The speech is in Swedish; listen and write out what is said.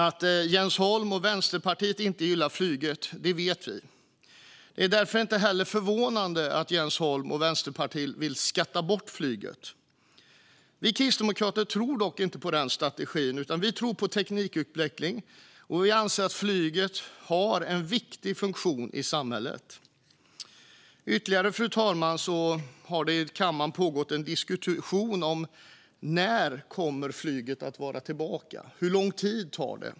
Att Jens Holm och Vänsterpartiet inte gillar flyget vet vi. Det är därför inte heller förvånande att Jens Holm och Vänsterpartiet vill skatta bort flyget. Vi kristdemokrater tror dock inte på den strategin. Vi tror på teknikutveckling och anser att flyget har en viktig funktion i samhället. Fru talman! Det har i kammaren pågått en diskussion om när flyget kommer att vara tillbaka. Hur lång tid tar det?